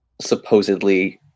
supposedly